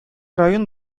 район